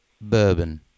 bourbon